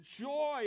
joy